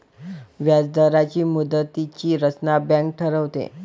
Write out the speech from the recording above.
व्याजदरांची मुदतीची रचना बँक ठरवते